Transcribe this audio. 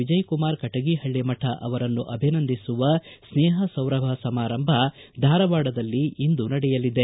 ವಿಜಯಕುಮಾರ ಕಟಗಿಪಳ್ಳಿಮಠ ಅವರನ್ನು ಅಭಿನಂದಿಸುವ ಸ್ನೇಹ ಸೌರಭ ಸಮಾರಂಭ ಧಾರವಾಡದಲ್ಲಿ ಇಂದು ನಡೆಯಲಿದೆ